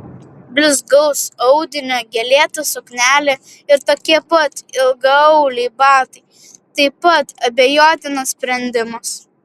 blizgaus audinio gėlėta suknelė ir tokie pat ilgaauliai batai taip pat abejotinas sprendimas